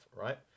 right